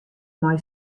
mei